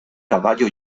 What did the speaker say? caballo